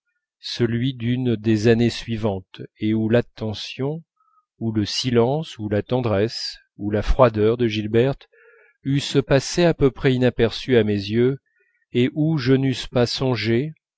celui d'une des années suivantes et où l'attention ou le silence ou la tendresse ou la froideur de gilberte eussent passé à peu près inaperçus à mes yeux et où je n'eusse pas songé